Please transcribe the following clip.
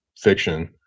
fiction